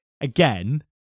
Again